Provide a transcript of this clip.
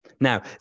Now